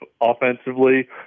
offensively